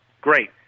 great